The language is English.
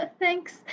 Thanks